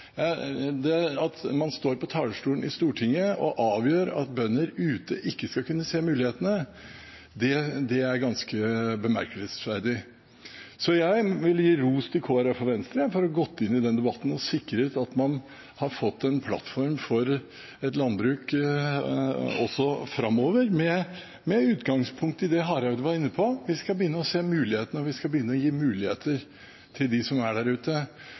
Det at man står på talerstolen i Stortinget og avgjør at bønder ikke skal kunne se mulighetene, er ganske bemerkelsesverdig. Jeg vil gi ros til Kristelig Folkeparti og Venstre for å ha gått inn i debatten og sikret at man har fått en plattform for landbruk også framover – med utgangspunkt i det Hareide var inne på. Vi skal begynne å se mulighetene, og vi skal begynne å gi muligheter til dem som er der ute.